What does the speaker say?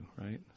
right